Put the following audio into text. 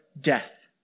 death